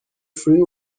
free